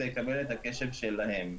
זה יקבל את הקשב שלהם.